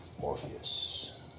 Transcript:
Morpheus